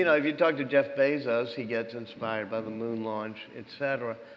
you know if you talk to jeff bezos, he gets inspired by the moon launch, et cetera.